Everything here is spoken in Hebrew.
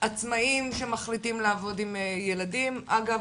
עצמאים שמחליטים לעבוד עם ילדים אגב,